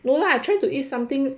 no lah I try to eat something